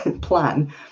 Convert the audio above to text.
plan